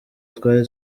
twari